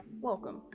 welcome